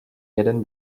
jeden